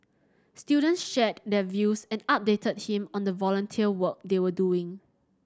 students shared their views and updated him on the volunteer work they were doing